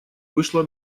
вышла